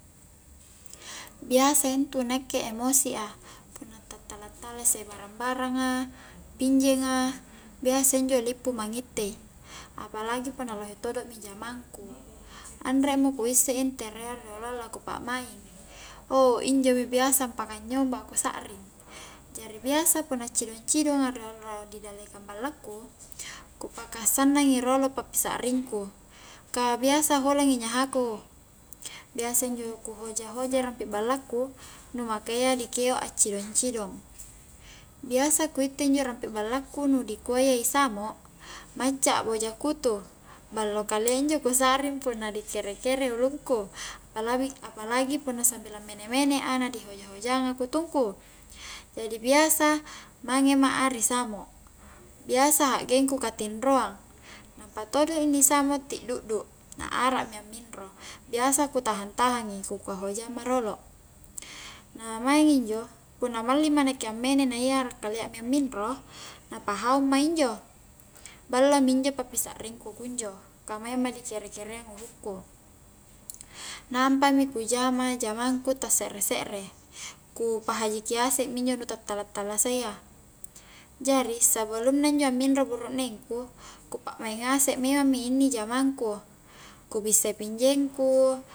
Biasa intu nakke emosi a punna ta'tala-talasa i barang-baranga pinjenga biasa injo lippu ma ngitte i apalagi punna lohe todo mi jamangku anre mo ku isse nterea rioloang laku pa'maing ou injomi biasa ampaka nyomba a kusakring jari biasa punna acidong-cidonga rolo ri dallekang ballaku ku pakasannang i rolo pa pisakringku ka biasa holangi nyahaku biasa injo ku hoja-hojai rampi balla ku nu maka iya dikeo accidong-cidong biasa ku itte injo injo rampi ballaku nu di kuayya i samo macca akboja kutu, ballo kalia injo ku sakring punna dikere-kerei ulungku apalabi-apalagi punna sambil ammene-mene a na di hoja-hojanga kutungku jadi biasa mange ma'a ri samo biasa hakgengku katinroang nampa todo inni samo ti'dudu na arak mi amminro biasa ku tahang-tahangi ku kua hojang ma rolo na maing injo punna malling ma nakke ammene na iya arak kalia mi amminro, na pahaung ma injo ballo mi injo pa pisakringku kunjo ka maing ma dikere-kereang uhu'ku nampa mi ku jama-jamangku ta se're-se're ku pahajiki asek mi injo nu ta'tala-talasayya jari sebelumna injo minro buruknengku ku pakmaing ngasek mi memang mi inni jamangku ku bissai pinjengku